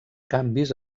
canvis